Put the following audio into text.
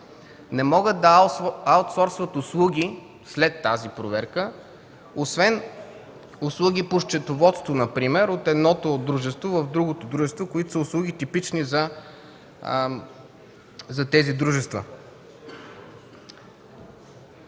Не могат да аутсорстват услуги след тази проверка, освен услуги по счетоводството, например, от едното дружество в другото дружество, които са услуги типични за тези дружества.